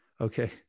Okay